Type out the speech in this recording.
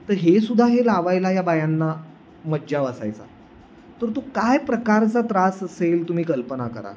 तर हे सुद्धा हे लावायला ह्या बायांना मज्जाव असायचा तर तो काय प्रकारचा त्रास असेल तुम्ही कल्पना करा